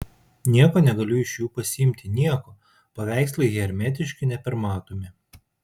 nieko negaliu iš jų pasiimti nieko paveikslai hermetiški nepermatomi